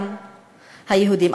גם היהודים.